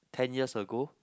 ten years ago